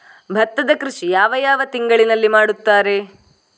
ಭತ್ತದ ಕೃಷಿ ಯಾವ ಯಾವ ತಿಂಗಳಿನಲ್ಲಿ ಮಾಡುತ್ತಾರೆ?